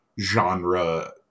genre-